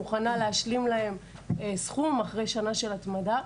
מוכנה להשלים להם סכום אחרי שנה של התמדה.